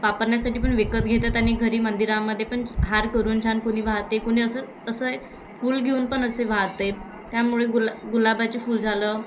वापरण्यासाठी पण विकत घेतात आणि घरी मंदिरामध्ये पण हार करून छान कुणी वाहते कुणी असं असं एक फूल घेऊन पण असे वाहते त्यामुळे गुला गुलाबाचे फूल झालं